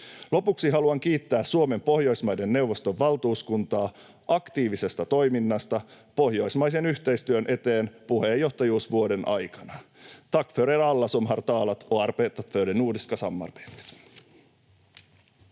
Lopuksi haluan kiittää Suomen Pohjoismaiden neuvoston valtuuskuntaa aktiivisesta toiminnasta pohjoismaisen yhteistyön eteen puheenjohtajuusvuoden aikana.